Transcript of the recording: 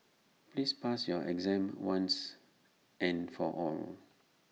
please pass your exam once and for all